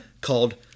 called